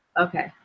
Okay